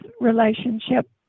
relationship